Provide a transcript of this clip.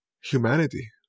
humanity